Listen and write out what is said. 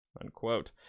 unquote